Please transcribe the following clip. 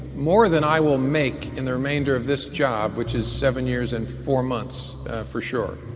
more than i will make in the remainder of this job which is seven years and four months for sure.